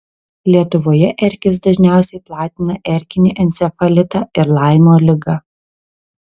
lietuvoje erkės dažniausiai platina erkinį encefalitą ir laimo ligą